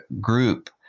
group